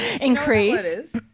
increase